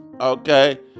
okay